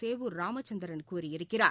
சேவூர் ராமச்சந்திரன் கூறியிருக்கிறார்